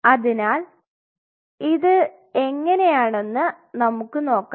അതിനാൽ ഇത് എങ്ങനെയാണെന്ന് നമുക്ക് നോക്കാം